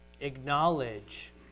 acknowledge